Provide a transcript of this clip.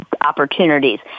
opportunities